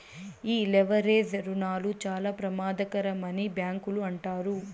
ఈ లెవరేజ్ రుణాలు చాలా ప్రమాదకరమని బ్యాంకులు అంటారు